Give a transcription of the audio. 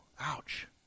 Ouch